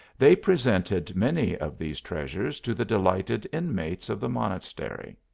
they presented many of these treasures to the delighted inmates of the monastery,